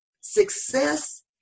Success